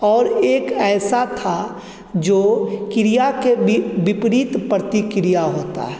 और एक ऐसा था जो क्रिया के बी विपरीत प्रतिक्रिया होती है